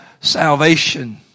salvation